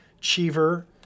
Cheever